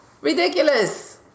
Ridiculous